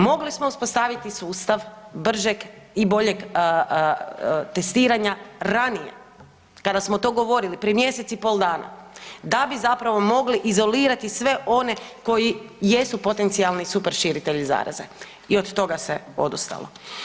Mogli smo uspostaviti sustav bržeg i boljeg testiranja ranije, kada smo to govorili prije mjesec i pol dana da bi zapravo mogli izolirati sve one koji jesu potencijalni super širitelji zaraze i od toga se odustalo.